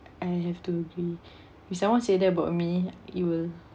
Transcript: I have to agree if someone say that about me it will